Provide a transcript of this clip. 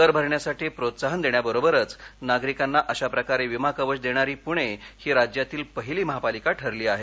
कर भरण्यासाठी प्रोत्साहन देण्याबरोबरच नागरिकांना अशा प्रकारे विमा कवच देणारी पृणे ही राज्यातील पहिली महापालिका ठरली आहे